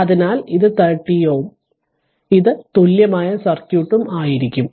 അതിനാൽ ഇത് 13 ohm ആയിരിക്കും ഇത് തുല്യമായ സർക്യൂട്ട് ആയിരിക്കും